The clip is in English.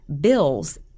bills